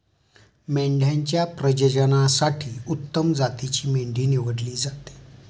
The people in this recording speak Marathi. मेंढ्यांच्या प्रजननासाठी उत्तम जातीची मेंढी निवडली जाते